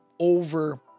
over